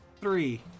Three